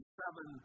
seven